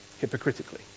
hypocritically